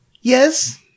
Yes